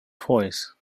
toys